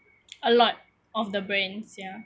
a lot of the brands sia